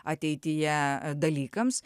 ateityje dalykams